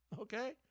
Okay